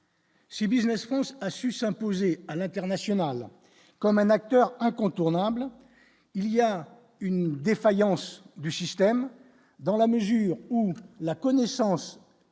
Ces Business qui a su s'imposer à l'international comme un acteur incontournable, il y a une défaillance du système, dans la mesure où la connaissance